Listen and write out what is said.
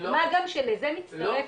מה גם שלזה מצטרפת,